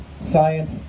Science